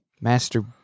Master